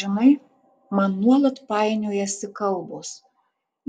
žinai man nuolat painiojasi kalbos